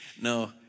No